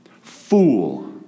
fool